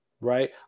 right